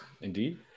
indeed